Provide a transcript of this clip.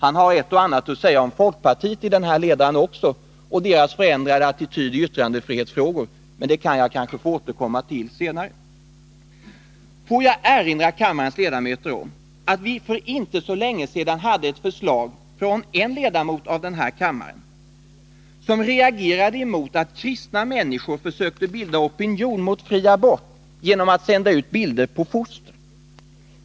Han har ett och annat att säga också om folkpartiet i denna ledare, exempelvis dess förändrade attityd i yttrandefrihetsfrågor. Men det kanske jag kan få återkomma till senare. Får jag erinra kammarens ledamöter om att det för inte så länge sedan förelåg ett förslag från en ledamot av denna kammare, där hon reagerade emot att kristna människor försökte bilda opinion mot fri abort genom att sända ut bilder på foster.